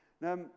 Now